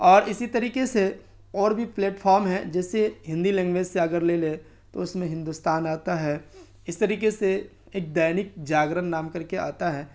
اور اسی طریقے سے اور بھی پلیٹپھام ہیں جیسے ہندی لینگویج سے اگر لے لیں تو اس میں ہندوستان آتا ہے اس طریقے سے ایک دینک جاگرن نام کر کے آتا ہے